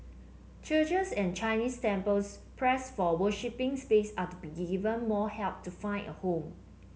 churches and Chinese temples pressed for worshipping space are to be given more help to find a home